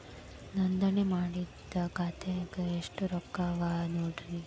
ನೋಂದಣಿ ಮಾಡಿದ್ದ ಖಾತೆದಾಗ್ ಎಷ್ಟು ರೊಕ್ಕಾ ಅವ ನೋಡ್ರಿ